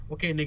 Okay